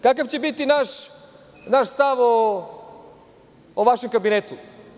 Kakav će biti naš stav o vašem kabinetu?